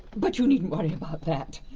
but you needn't worry about that.